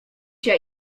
się